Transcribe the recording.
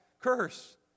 curse